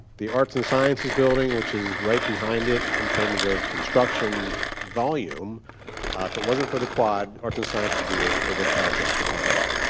the arts and sciences building which is right behind it in terms of construction volume ah if it wasn't for the quad, arts and science would be your biggest project to talk about.